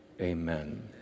amen